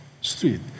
street